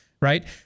right